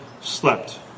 slept